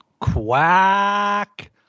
Quack